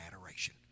adoration